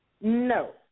No